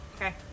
okay